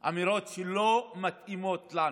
אמירות שלא מתאימות לנו.